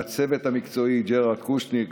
לצוות המקצועי ג'ארד קושנר,